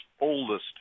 oldest